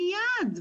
מיד,